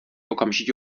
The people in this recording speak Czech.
okamžitě